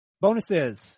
Bonuses